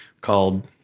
called